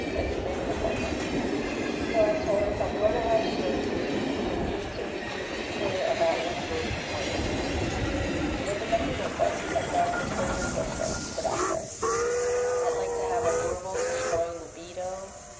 and she made an appointment so i told her, if i'm going to have surgery, i ah need to be clear about what's most important to me she opened up her notebook and read her surgery wish list to the doctor i'd like to have a normal to strong libido.